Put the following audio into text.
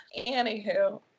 Anywho